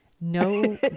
No